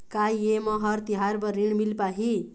का ये म हर तिहार बर ऋण मिल पाही?